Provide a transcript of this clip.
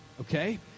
okay